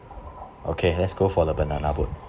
okay let's go for the banana boat